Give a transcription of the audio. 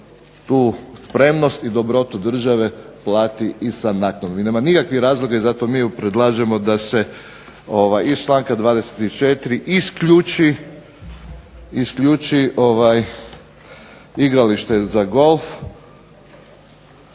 tu spremnost i dobrotu države plati i sa ... Zato mi predlažemo da se iz članka 24. isključi igralište za golf,